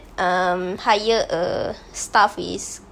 um hire a staff is